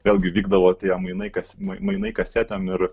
vėlgi vykdavo tie mainai kas mainai kasetėm ir